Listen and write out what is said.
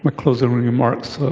but closing remarks,